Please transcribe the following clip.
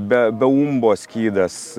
be be umbo skydas